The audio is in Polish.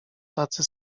tacy